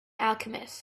alchemist